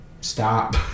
stop